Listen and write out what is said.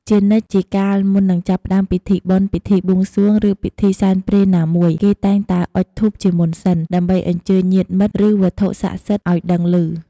ជានិច្ចជាកាលមុននឹងចាប់ផ្តើមពិធីបុណ្យ ពិធីបួងសួង ឬពិធីសែនព្រេនណាមួយ គេតែងតែអុជធូបជាមុនសិន ដើម្បីអញ្ជើញញាតិមិត្ត ឬវត្ថុស័ក្តិសិទ្ធិអោយដឹងឮ។